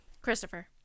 Christopher